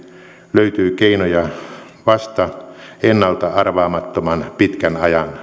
löytyy keinoja vasta ennalta arvaamattoman pitkän